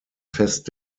fest